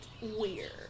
Weird